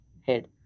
head